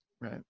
Right